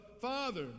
Father